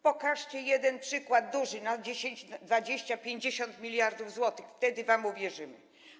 Pokażcie jeden przykład, duży, 10, 20, 50 mld zł, wtedy wam uwierzymy.